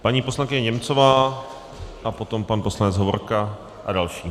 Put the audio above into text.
Paní poslankyně Němcová, potom pan poslanec Hovorka a další.